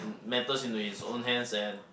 matters into his own hands and